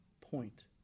point